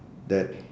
that